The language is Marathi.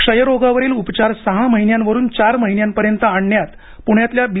क्षयरोगावरील उपचार सहा महिन्यांवरून चार महिन्यांपर्यंत आणण्यात प्ण्यातल्या बी